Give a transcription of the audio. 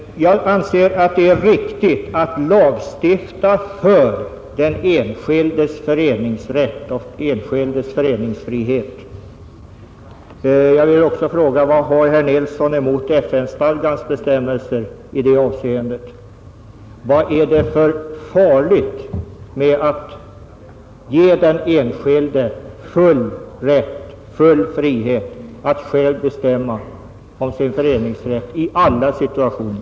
Herr talman! Jag anser att det är riktigt att lagstifta för den enskildes föreningsrätt och föreningsfrihet. Jag vill också fråga: Vad har herr Nilsson i Kalmar emot FN-stadgans bestämmelser i det avseendet? Varför är det farligt att ge den enskilde full frihet och rätt att själv bestämma om sin föreningsanslutning i alla situationer?